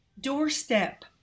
doorstep